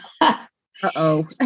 Uh-oh